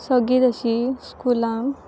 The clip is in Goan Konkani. सगळींच अशीं स्कुलां